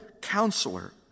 Counselor